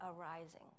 arising